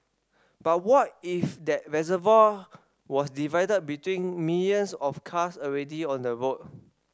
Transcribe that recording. but what if that reservoir was divided between millions of cars already on the road